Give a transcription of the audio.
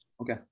Okay